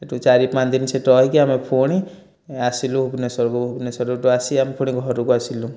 ସେଇଠୁ ଚାରି ପାଞ୍ଚ ଦିନ ସେଇଠି ରହିକି ଆମେ ପୁଣି ଆସିଲୁ ଭୁବନେଶ୍ଵରକୁ ଭୁବନେଶ୍ୱରକୁ ଆସି ଆମେ ପୁଣି ଘରକୁ ଆସିଲୁ